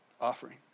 offering